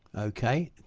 okay.